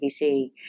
BBC